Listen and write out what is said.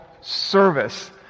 service